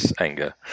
anger